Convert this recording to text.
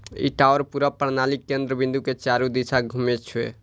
ई tower पूरा प्रणालीक केंद्र बिंदु के चारू दिस घूमै छै